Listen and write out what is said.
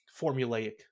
formulaic